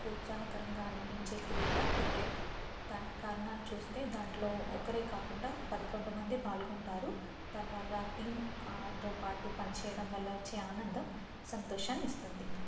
ఉత్సాహకరంగా అనిపించే క్రీడా క్రికెట్ దానికి కారణాలు చూస్తే దాంట్లో ఒకరే కాకుండా పదకొండు మంది పాల్గొంటారు దానివల్ల టీంతో పాటు పనిచేయడం వల్ల వచ్చే ఆనందం సంతోషాన్ని ఇస్తుంది